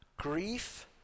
grief